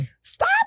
stop